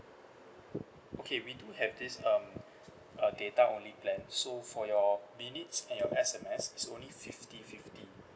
okay we do have this um uh data only plan so for your minutes and your S_M_S it's only fifty fifty